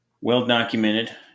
well-documented